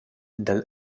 dal